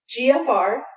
GFR